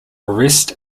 arrest